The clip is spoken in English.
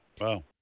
Wow